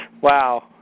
Wow